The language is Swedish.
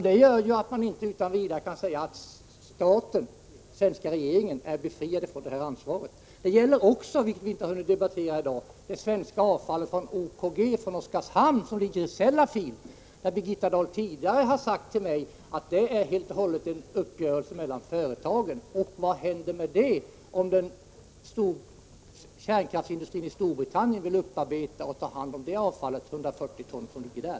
Det gör ju att man inte utan vidare kan säga att staten, svenska regeringen, är befriad från detta ansvar. Det gäller också — men den saken har vi inte hunnit debattera här i dag — det svenska avfall från OKG i Oskarshamn som nu finns i Sellafield. Birgitta Dahl har i det sammanhanget tidigare sagt till mig att det helt och hållet är en uppgörelse mellan företagen. Men vad händer om kärnkraftsindustrin i Storbritannien vill upparbeta och ta hand om det aktuella avfallet — alltså 140 ton?